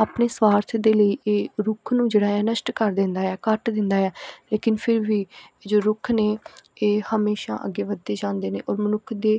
ਆਪਣੇ ਸਵਾਰਥ ਦੇ ਲਈ ਇਹ ਰੁੱਖ ਨੂੰ ਜਿਹੜਾ ਹੈ ਨਸ਼ਟ ਕਰ ਦਿੰਦਾ ਆ ਕੱਟ ਦਿੰਦਾ ਆ ਲੇਕਿਨ ਫਿਰ ਵੀ ਜੋ ਰੁੱਖ ਨੇ ਇਹ ਹਮੇਸ਼ਾ ਅੱਗੇ ਵੱਧਦੇ ਜਾਂਦੇ ਨੇ ਔਰ ਮਨੁੱਖ ਦੇ